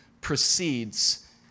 precedes